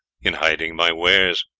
in hiding my wares.